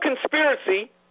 conspiracy